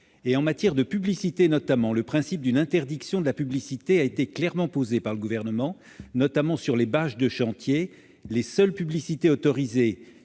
du chantier et sa valorisation. Le principe d'une interdiction de la publicité a été clairement posé par le Gouvernement, notamment sur les bâches de chantier. Les seules publicités autorisées